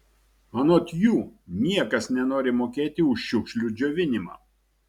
anot jų niekas nenori mokėti už šiukšlių džiovinimą